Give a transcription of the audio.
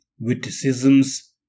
witticisms